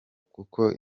kuko